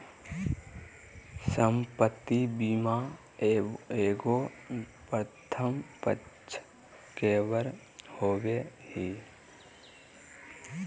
संपत्ति बीमा एगो प्रथम पक्ष कवर होबो हइ